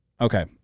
Okay